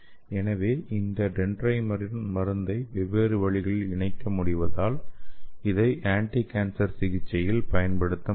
ஆகவே இந்த டென்ட்ரைமருடன் மருந்தை வெவ்வேறு வழிகளில் இணைக்க முடிவதால் இதை ஆன்டிகான்சர் சிகிச்சையில் பயன்படுத்த முடியும்